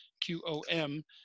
Q-O-M